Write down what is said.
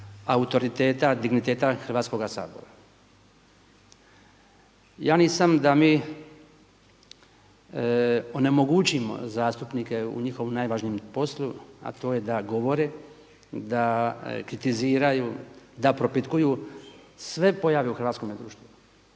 autoriteta, digniteta Hrvatskoga sabora. Ja nisam da mi onemogućimo zastupnike u njihovom najvažnijem poslu, a to je da govore, da kritiziraju, da propitkuju sve pojave u hrvatskome društvu.